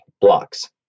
blocks